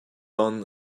van